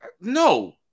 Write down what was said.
No